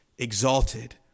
exalted